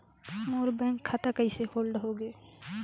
मोर bank खाता कइसे hold होगे?